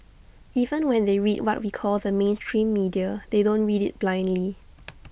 even when they read what we call the mainstream media they don't read IT blindly